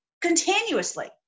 continuously